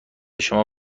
شما